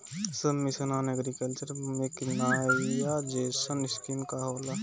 सब mission on agriculture mechanization scheme का होला?